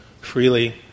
freely